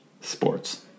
sports